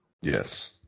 Yes